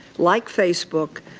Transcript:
like facebook,